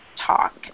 talk